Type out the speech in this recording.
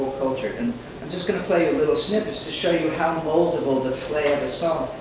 culture. and i'm just going to play little snippets to show you how moldable, the clay of a song.